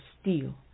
steel